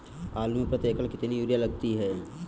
आलू में प्रति एकण कितनी यूरिया लगती है?